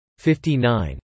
59